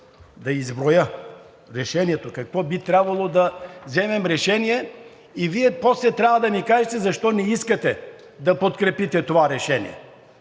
да изброя решението и какво би трябвало да вземем като решение и Вие после трябва да ни кажете защо не искате да подкрепите това решение.